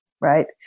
right